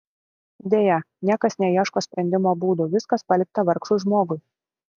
deja niekas neieško sprendimo būdų viskas palikta vargšui žmogui